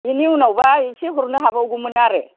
बेनि उनावबा एसे हरनो हाबावगौमोन आरो